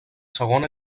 segona